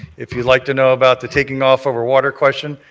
if you would like to know about the taking off over water question,